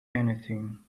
anything